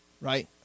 right